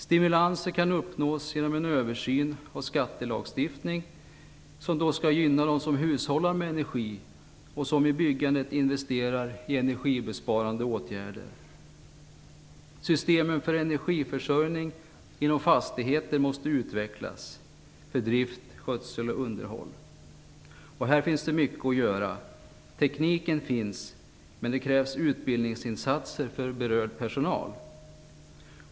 Stimulanser kan uppnås genom en översyn av skattelagstiftningen, som skall gynna dem som hushållar med energi och som i byggandet investerar i energibesparande åtgärder. Systemen för energiförsörjning inom fastigheter måste utvecklas för drift, skötsel och underhåll. Här finns det mycket att göra. Tekniken finns, men det krävs utbildningsinsatser för berörd personal.